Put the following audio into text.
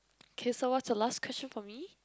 K so what's your last question for me